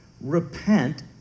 Repent